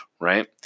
right